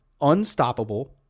unstoppable